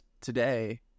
today